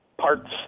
parts